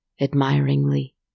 admiringly